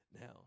now